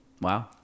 wow